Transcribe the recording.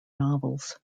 novels